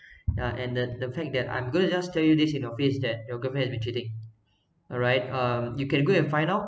ya and the the fact that I'm gonna just tell you this in your face that your girlfriend has been cheating alright um you can go and find out